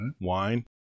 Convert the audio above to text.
wine